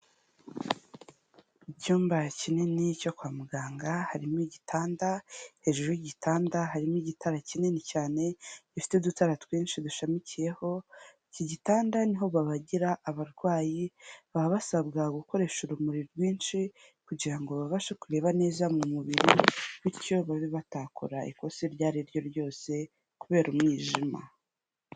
Mu cyumba kinini cyo kwa muganga harimo igitanda, hejuru y'igitanda harimo igitara kinini cyane gifite udutara twinshi dushamikiyeho, iki gitanda ni ho babagira abarwayi, baba basabwa gukoresha urumuri rwinshi kugira ngo babashe kureba neza mu mubiri, bityo babe batakora ikosa iryo ari ryo ryose kubera umwijima.